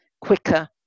quicker